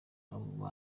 aba